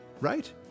right